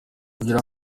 kugira